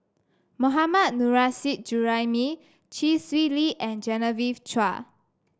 Mohammad Nurrasyid Juraimi Chee Swee Lee and Genevieve Chua